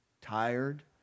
tired